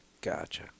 Gotcha